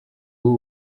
b’u